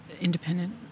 independent